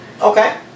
Okay